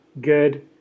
good